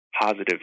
positive